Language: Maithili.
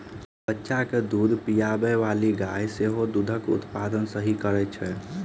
बच्चा के दूध पिआबैबाली गाय सेहो दूधक उत्पादन सही करैत छै